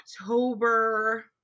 October